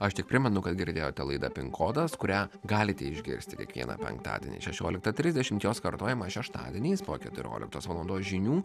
aš tik primenu kad girdėjote laidą pin kodas kurią galite išgirsti kiekvieną penktadienį šešioliktą trisdešimt jos kartojamos šeštadieniais po keturioliktos valandos žinių